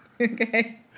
Okay